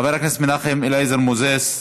חבר הכנסת אליעזר מנחם מוזס,